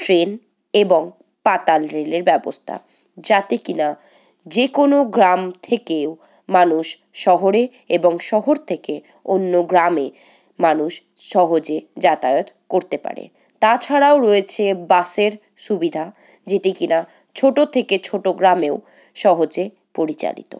train এবং পাতালরেলের ব্যবস্থা যাতে কিনা যে কোনও গ্রাম থেকেও মানুষ শহরে এবং শহর থেকে অন্য গ্রামে মানুষ সহজে যাতায়াত করতে পারে তাছাড়াও রয়েছে বাসের সুবিধা যেটি কিনা ছোটো থেকে ছোটো গ্রামেও সহজে পরিচালিত